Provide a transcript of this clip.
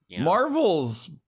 Marvel's